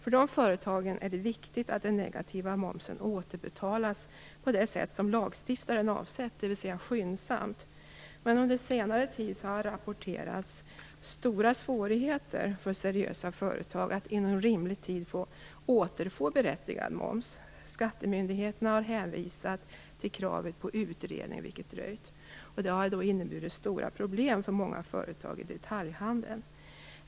För de företagen är det viktigt att den negativa momsen återbetalas på det sätt som lagstiftaren har avsett, dvs. skyndsamt. Men under senare tid har det rapporterats att seriösa företag har haft stora svårigheter att inom rimlig tid återfå berättigad moms. Skattemyndigheterna har hänvisat till kravet på utredning, vilken har dröjt. Det har inneburit stora problem för många företag i detaljhandeln.